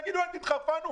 תגידו, אנחנו התחרפנו?